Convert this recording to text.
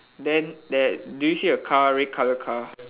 then there do you see a car red colour car